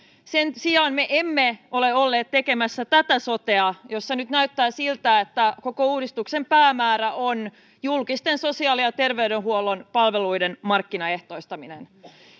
sen sijaan me emme ole olleet tekemässä tätä sotea jossa nyt näyttää siltä että koko uudistuksen päämäärä on julkisten sosiaali ja terveydenhuollon palveluiden markkinaehtoistaminen